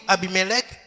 Abimelech